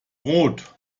rot